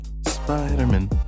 Spider-Man